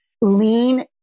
Lean